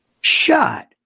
Shut